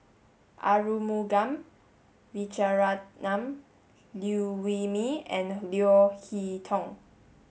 Arumugam Vijiaratnam Liew Wee Mee and Leo Hee Tong